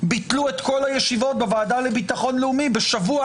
ביטלו את כל הישיבות בוועדה לביטחון לאומי בשבוע